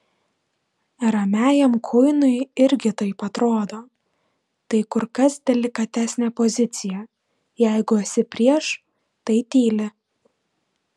ramiajam kuinui irgi taip atrodo tai kur kas delikatesnė pozicija jeigu esi prieš tai tyli